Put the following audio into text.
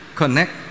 Connect